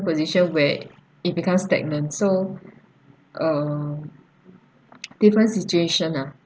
position where it become stagnant so um different situation ah